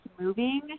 moving